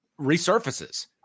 resurfaces